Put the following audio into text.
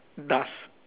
dusk